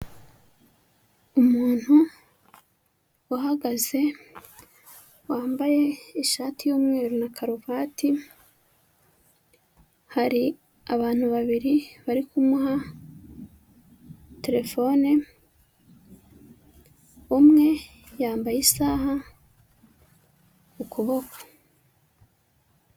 Umuntu uhagaze wambaye ishati y'umweru na karuvati, hari abantu babiri bari kumuha terefone, umwe yambaye isaha ku kuboko.